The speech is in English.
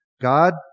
God